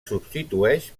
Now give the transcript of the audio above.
substitueix